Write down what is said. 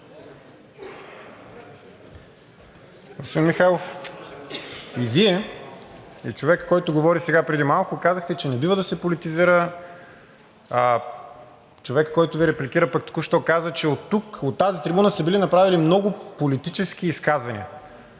Господин Михайлов, и Вие, и човекът, който говори преди малко, казахте, че не бива да се политизира, а човекът, който Ви репликира пък току що, каза, че от тази трибуна са били направени много политически изказвания.